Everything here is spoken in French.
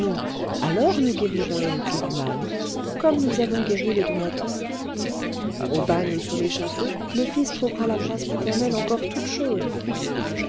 alors nous guérirons l'héritier du mal comme nous avons guéri le donateur au bagne ou sur l'échafaud le fils trouvera la place paternelle encore toute chaude